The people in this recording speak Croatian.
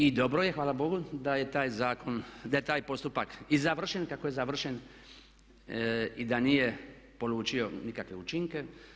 I dobro je, hvala Bogu, da je taj postupak i završen kako je završen i da nije polučio nikakve učinke.